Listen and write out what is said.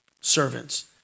servants